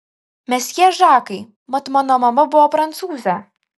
mesjė žakai mat mano mama buvo prancūzė